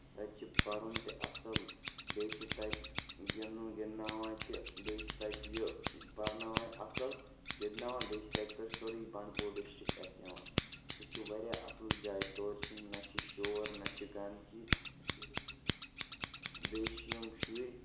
تَتہِ چھُ پَرُن تہِ اَصٕل بیٚیہِ چھُ تَتہِ گِندُن گِندناوان تہِ بیٚیہِ چھِ تَتہِ یہِ پَرناوان اَصٕل گِندناوان بیٚیہِ چھِ تَتہِ پٮ۪ٹھ سورُے بَنڈپوٗر ڈِسٹرک اَتھہِ یِوان سُہ چھُ واریاہ اَصٕل جاے تورٕ چھُنہٕ نہ چھُ شور نہ چھُ گندگی بیٚیہِ چھِ یِم شُرۍ